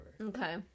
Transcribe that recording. okay